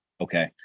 Okay